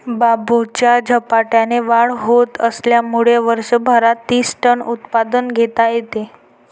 बांबूची झपाट्याने वाढ होत असल्यामुळे वर्षभरात तीस टन उत्पादन घेता येते